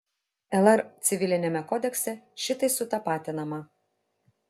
lr civiliniame kodekse šitai sutapatinama